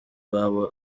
iwabo